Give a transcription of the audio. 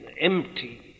empty